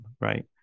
right